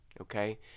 okay